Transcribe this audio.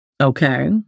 okay